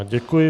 Děkuji.